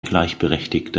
gleichberechtigte